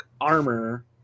armor